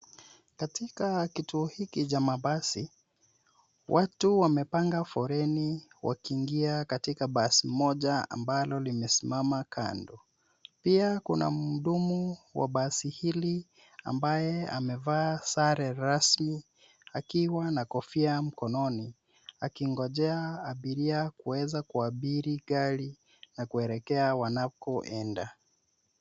Katika kituo hiki cha mabasi, watu wamepanga foleni wakiingia katika basi moja ambalo limesimama kando. Pia kuna mhudumu wa basi hili ambaye amevaa sare rasmi akiwa na kofia mkononi, akingojea abiria kueza kuabiri gari na kuelekea wanakoenda.